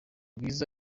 rwiza